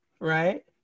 Right